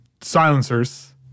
silencers